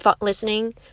listening